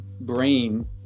brain